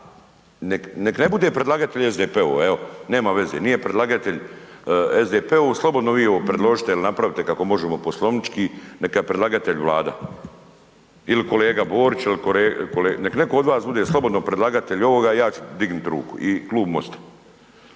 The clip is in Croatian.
neka ne bude predlagatelj SDP-u, evo, nema veze, nije predlagatelj SDP-u, slobodno vi ovo predložite ili napravite kako možemo poslovnički, neka je predlagatelj Vlada. Ili kolega Borić ili kolega, neka netko od vas bude slobodno predlagatelj ovoga, ja ću dignuti ruku i Klub MOST-a.